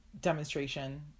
Demonstration